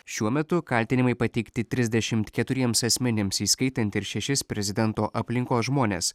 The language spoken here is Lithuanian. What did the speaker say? šiuo metu kaltinimai pateikti trisdešimt keturiems asmenims įskaitant ir šešis prezidento aplinkos žmones